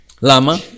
Lama